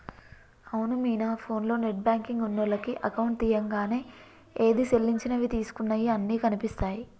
అవును మీనా ఫోన్లో net banking ఉన్నోళ్లకు అకౌంట్ తీయంగానే ఏది సెల్లించినవి తీసుకున్నయి అన్ని కనిపిస్తాయి